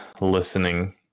listening